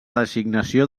designació